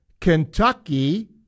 Kentucky